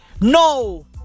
No